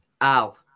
Al